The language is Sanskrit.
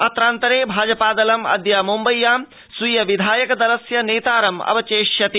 अत्रान्तरे भाजपा दलमु अद्य मुम्बय्यां स्वीय विधायक दलस्य नेतारमु अवचेष्यति